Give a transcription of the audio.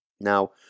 Now